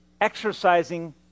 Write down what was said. exercising